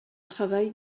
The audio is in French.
travail